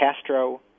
Castro